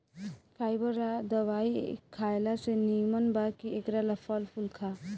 fibre ला दवाई खएला से निमन बा कि एकरा ला फल फूल खा